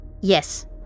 Yes